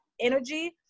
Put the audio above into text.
energy